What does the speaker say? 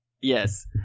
Yes